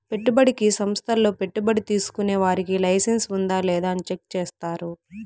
పెట్టుబడికి సంస్థల్లో పెట్టుబడి తీసుకునే వారికి లైసెన్స్ ఉందా లేదా అని చెక్ చేస్తారు